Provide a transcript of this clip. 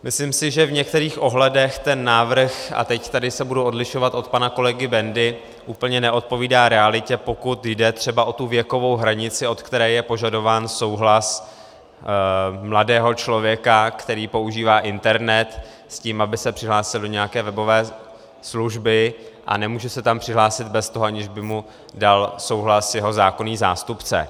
Myslím, že v některých ohledech ten návrh a teď se tady budu odlišovat od pana kolegy Bendy úplně neodpovídá realitě, pokud jde třeba o věkovou hranici, od které je požadován souhlas mladého člověka, který používá internet, s tím, aby se přihlásil do nějaké webové služby, a nemůže se tam přihlásit, aniž by mu dal souhlas jeho zákonný zástupce.